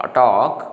talk